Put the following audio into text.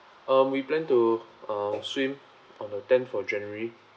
um we plan to ah swim on the tenth for january